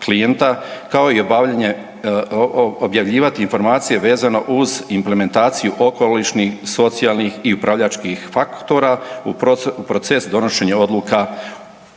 kao i objavljivati informacije vezano uz implementaciju okolišnih, socijalnih i upravljačkih faktora u proces donošenja odluka o ulaganju.